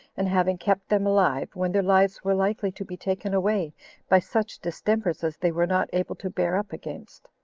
and having kept them alive when their lives were likely to be taken away by such distempers as they were not able to bear up against.